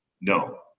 No